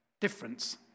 difference